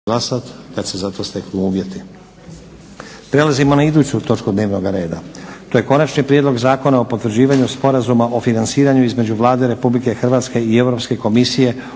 **Stazić, Nenad (SDP)** Prelazimo na iduću točku dnevnoga reda - Konačni prijedlog Zakona o potvrđivanju Sporazuma o financiranju između Vlade Republike Hrvatske i Europske komisije